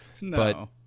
No